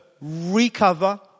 recover